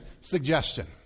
suggestion